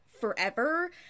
forever